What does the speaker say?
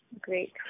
Great